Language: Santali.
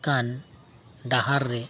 ᱠᱟᱱ ᱰᱟᱦᱟᱨ ᱨᱮ